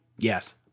Yes